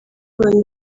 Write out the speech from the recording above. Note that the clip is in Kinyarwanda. abantu